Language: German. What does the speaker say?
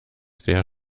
sehr